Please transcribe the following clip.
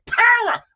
power